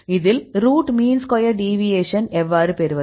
இதில் root mean square deviation எவ்வாறு பெறுவது